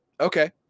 Okay